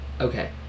Okay